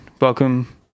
welcome